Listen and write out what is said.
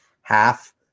half